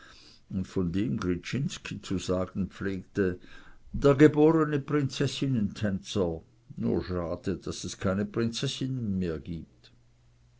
von dem gryczinski zu sagen pflegte der geborene prinzessinnentänzer nur schade daß es keine prinzessinnen mehr gibt